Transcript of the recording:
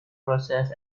process